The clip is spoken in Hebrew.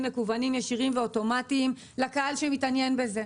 מקוונים ישירים ואוטומטיים לקהל שמתעניין בזה.